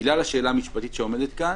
בגלל השאלה המשפטית שעומדת כאן?